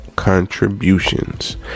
contributions